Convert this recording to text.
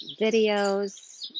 videos